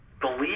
believe